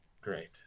Great